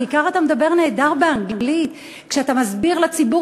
בעיקר אתה מדבר נהדר באנגלית כשאתה מסביר לציבור